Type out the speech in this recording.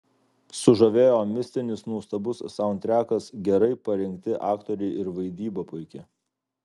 sužavėjo mistinis nuostabus saundtrekas gerai parinkti aktoriai ir vaidyba puiki